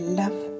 love